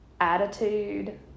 attitude